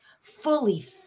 fully